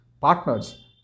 partners